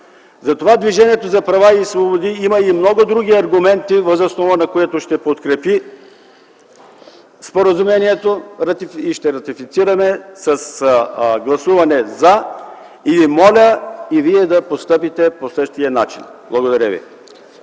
Затова Движението за права и свободи има и много други аргументи, въз основа на които ще подкрепи споразумението и ще го ратифицираме с гласуване „за”. Моля и вие да постъпите по същия начин. Благодаря.